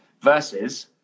versus